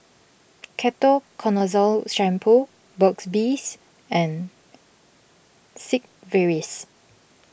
Ketoconazole Shampoo Burt's Bees and Sigvaris